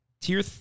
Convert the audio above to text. Tier